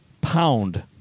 Pound